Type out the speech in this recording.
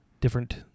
different